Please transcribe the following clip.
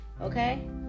okay